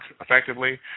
effectively